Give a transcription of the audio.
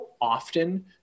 often